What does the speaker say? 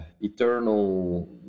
Eternal